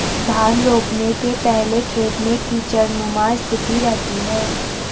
धान रोपने के पहले खेत में कीचड़नुमा स्थिति रहती है